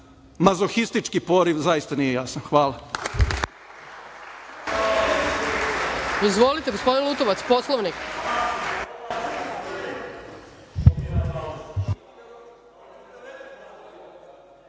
mazohistički poriv zaista nije jasan. Hvala.